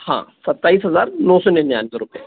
हाँ सत्ताईस हज़ार नौ सौ निन्यानवे रुपए